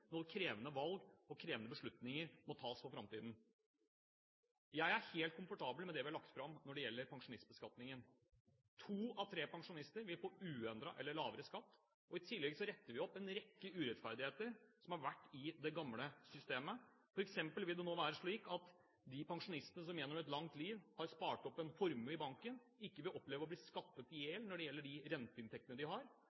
når krevende valg og krevende beslutninger må tas for framtiden. Jeg er helt komfortabel med det vi har lagt fram når det gjelder pensjonistbeskatningen. To av tre pensjonister vil få uendret eller lavere skatt, og i tillegg retter vi opp en rekke urettferdigheter som har vært i det gamle systemet. For eksempel vil det nå være slik at de pensjonistene som gjennom et langt liv har spart opp en formue i banken, ikke vil oppleve å bli skattet i